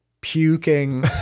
puking